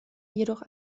jedoch